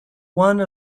one